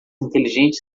inteligente